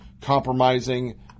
compromising